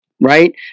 right